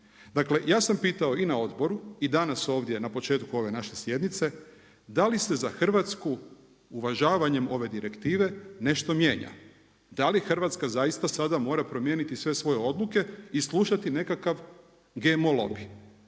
imamo. Ja sam pitao i na odboru i danas ovdje na početku ove naše sjednice, da li se za Hrvatsku uvažavanjem ove direktivne nešto mijenja? Da li Hrvatska zaista sada mora promijeniti sve svoje odluke i slušati nekakav GMO lobija?